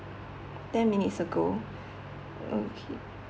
ten minutes ago okay